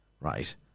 right